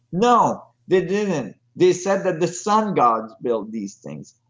no, they didn't. they said that the sun god filled these things.